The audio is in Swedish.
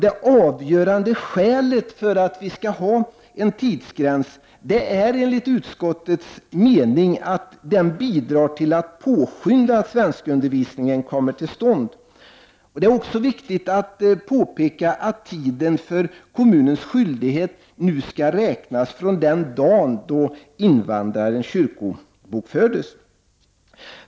Det avgörande skälet för att ha en tidsgräns är enligt utskottets mening att den bidrar till att påskynda att svenskundervisningen kommer till stånd. Det är också viktigt att påpeka att tiden för kommunens skyldighet nu skall räknas från den dag då invandraren kyrkobokförs.